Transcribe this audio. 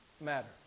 matter